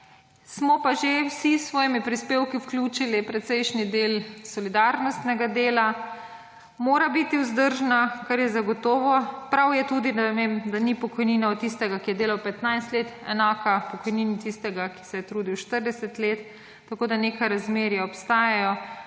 Smo pa že vsi s svojimi prispevki vključili precejšnji del solidarnostnega dela, mora biti vzdržna, kar je zagotovo, prav je tudi, da, ne vem, da ni pokojnina od tistega, ki je delal 15 let enak pokojnini tistega, ki se je trudil 40 let. Tako da neka razmerja obstajajo.